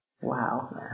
Wow